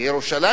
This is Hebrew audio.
לירושלים